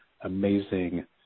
amazing